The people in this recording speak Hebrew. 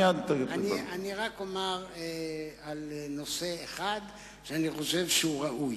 רק אומר בנושא אחד שאני חושב שהוא ראוי.